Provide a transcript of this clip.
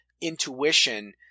intuition